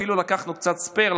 אפילו לקחנו קצת ספייר,